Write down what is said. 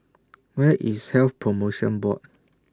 Where IS Health promotion Board